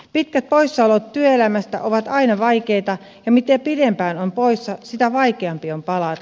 pitkät poissaolot työelämästä ovat aina vaikeita ja mitä pidempään on poissa sitä vaikeampi on palata